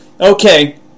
Okay